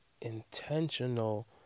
intentional